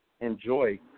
enjoy